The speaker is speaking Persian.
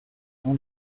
اون